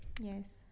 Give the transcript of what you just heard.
Yes